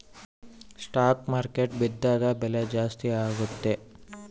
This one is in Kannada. ಸ್ಟಾಕ್ ಮಾರ್ಕೆಟ್ ಬಿದ್ದಾಗ ಬೆಲೆ ಜಾಸ್ತಿ ಆಗುತ್ತೆ